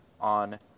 on